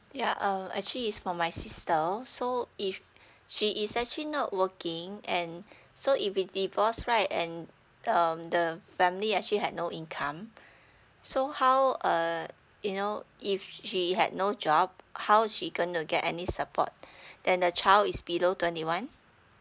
yeah um actually it's for my sister so if she is actually not working and so if it divorce right and um the family actually had no income so how uh you know if she had no job how she gonna get any support then the child is below twenty one